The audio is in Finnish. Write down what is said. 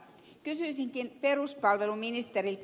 kysyisinkin peruspalveluministeriltä